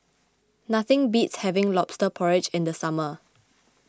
nothing beats having Lobster Porridge in the summer